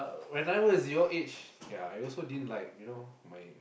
when I was your age ya I also didn't like you know my